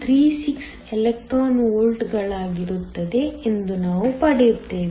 36 electron ವೋಲ್ಟ್ಗಳಾಗಿರುತ್ತದೆ ಎಂದು ನಾವು ಪಡೆಯುತ್ತೇವೆ